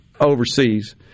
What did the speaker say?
overseas